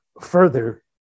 further